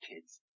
kids